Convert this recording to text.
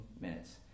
minutes